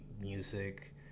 music